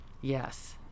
Yes